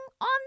on